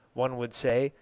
one would say,